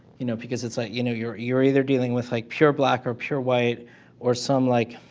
you know, because it's like, you know you're you're either dealing with like pure black or pure white or some like,